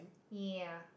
ya